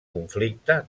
conflicte